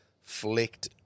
flicked